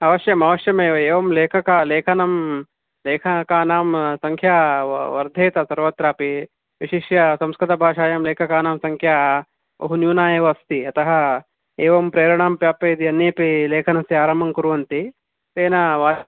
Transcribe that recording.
अवश्यम् अवश्यमेव एवं लेखक लेखनं लेखकानां सङ्ख्या वर्धेत सर्वत्रापि विशिष्य संस्कृतभाषायां लेखकानां सङ्ख्या बहु न्यूना एव अस्ति अतः एवं प्रेरणां प्राप्य यदि अन्येपि लेखनस्य आरम्भं कुर्वन्ति तेन